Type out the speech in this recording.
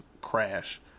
crash